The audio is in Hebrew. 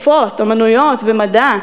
שפות, אמנויות ומדע,